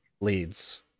leads